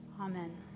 Amen